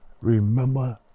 remember